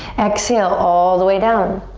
exhale all the way down.